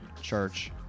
church